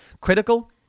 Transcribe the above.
critical